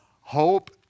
Hope